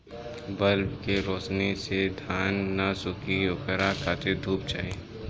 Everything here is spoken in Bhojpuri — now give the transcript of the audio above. बल्ब के रौशनी से धान न सुखी ओकरा खातिर धूप चाही